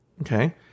Okay